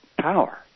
power